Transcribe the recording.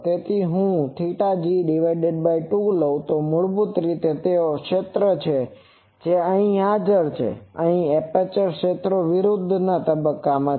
તેથી જો હું g2 લઉં તો મૂળભૂત રીતે તેઓ તે ક્ષેત્રો છે જે અહીં હાજર છે અને અહીં એપર્ચર ક્ષેત્રો વિરુદ્ધ તબક્કાના છે